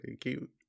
cute